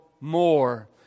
more